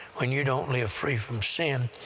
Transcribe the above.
when you don't live free from sin,